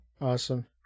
awesome